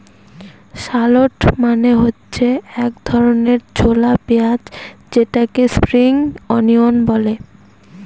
shallot মানে হচ্ছে এক ধরনের ছোলা পেঁয়াজ যেটাকে স্প্রিং অনিয়ন বলে